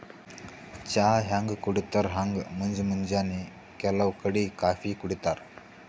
ಚಾ ಹ್ಯಾಂಗ್ ಕುಡಿತರ್ ಹಂಗ್ ಮುಂಜ್ ಮುಂಜಾನಿ ಕೆಲವ್ ಕಡಿ ಕಾಫೀ ಕುಡಿತಾರ್